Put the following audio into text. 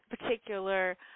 particular